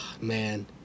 man